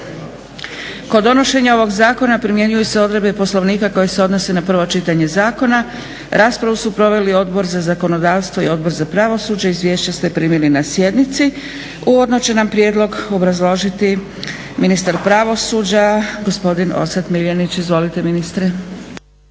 Kod donošenja ovog Zakona primjenjuju se odredbe Poslovnika koje se odnose na prvo čitanje zakona. Raspravu su proveli Odbor za zakonodavstvo i Odbor za pravosuđe. Izvješća ste primili na sjednici. Uvodno će nam prijedlog obrazložiti ministar pravosuđa gospodin Orsat Miljenić. Izvolite ministre.